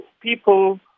people